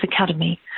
academy